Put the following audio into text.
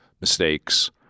mistakes